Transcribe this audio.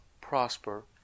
prosper